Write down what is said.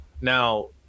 now